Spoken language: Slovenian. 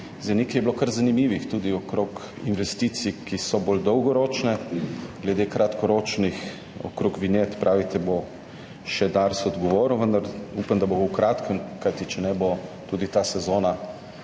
Nekaj je bilo kar zanimivih, tudi okrog investicij, ki so bolj dolgoročne. Glede kratkoročnih, okrog vinjet, pravite, bo še Dars odgovoril, vendar upam, da bo v kratkem, kajti če ne, bo tudi ta sezona